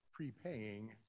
prepaying